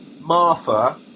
Martha